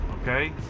okay